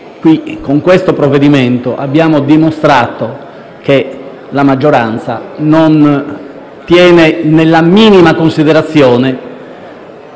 con questo provvedimento, abbiamo dimostrato che la maggioranza non tiene nella minima considerazione